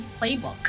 Playbook